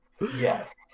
Yes